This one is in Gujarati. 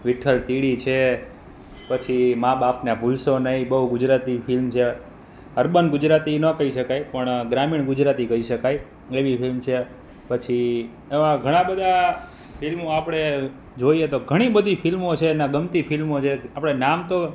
વિઠ્ઠલ તીડી છે પછી માં બાપને ભુલશો નહીં બહુ ગુજરાતી ફિલ્મ છે અર્બન ગુજરાતી ન કહી શકાય પણ ગ્રામીણ ગુજરાતી કહી શકાય એવી ફિલ્મ છે પછી એવા ઘણા બધા ફિલ્મો આપણે જોઈએ તો ઘણી બધી ફિલ્મો છે અને આ ગમતી ફિલ્મો છે આપણે નામ તો